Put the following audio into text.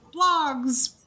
blogs